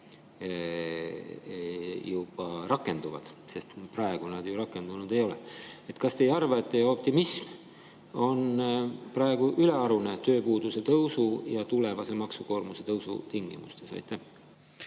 juba rakenduvad. Praegu need ju rakendunud ei ole. Kas te ei arva, et teie optimism on praegu tööpuuduse tõusu ja tulevase maksukoormuse tõusu tingimustes